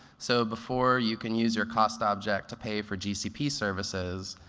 so before you can use your cost object to pay for gcp services,